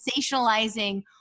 sensationalizing